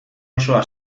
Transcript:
osoa